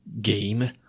Game